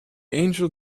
angel